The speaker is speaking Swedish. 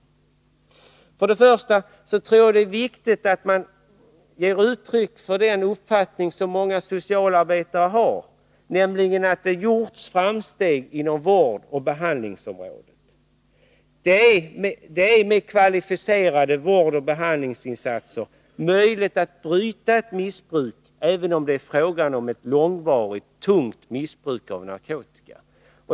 För det första tror jag det är viktigt att ge uttryck för många socialarbetares uppfattning, nämligen att det har gjorts framsteg på vårdoch behandlingsområdena. Med kvalificerade vårdoch behandlingsinsatser är det möjligt att bryta ett missbruk, även om det är fråga om ett långvarigt missbruk av tung narkotika.